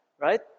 Right